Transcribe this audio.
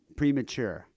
premature